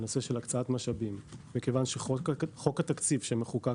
עניין של הקצאת משאבים; מכיוון שחוק התקציב שמחוקק